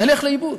נלך לאיבוד,